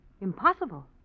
Impossible